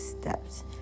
steps